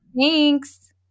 Thanks